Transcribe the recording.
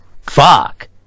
fuck